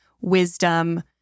wisdom